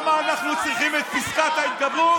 אתם מבינים למה אנחנו צריכים את פסקת ההתגברות?